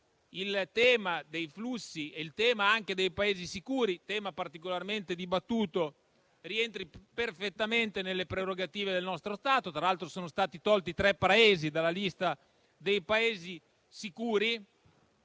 il tema dei flussi e il tema dei Paesi sicuri, particolarmente dibattuto, rientrino perfettamente nelle prerogative del nostro Stato. Tra l'altro, ne sono stati tolti tre dalla lista dei Paesi sicuri.